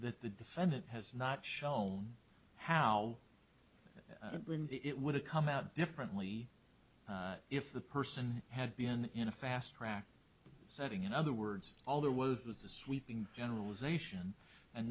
the defendant has not shown how when it would have come out differently if the person had been in a fast track setting in other words all there was was a sweeping generalization and